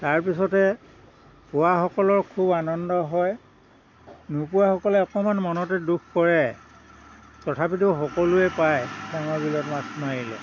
তাৰপিছতে পোৱা সকলৰ খুব আনন্দ হয় নোপোৱা সকলে অকণমান মনতে দুখ কৰে তথাপিতো সকলোৱে পায় ডাঙৰ বিলত মাছ মাৰিলে